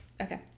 Okay